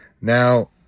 Now